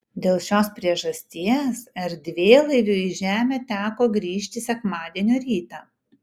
dėl šios priežasties erdvėlaiviui į žemę teko grįžti sekmadienio rytą